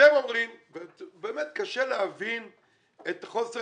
אתם אומרים ובאמת קשה להבין את חוסר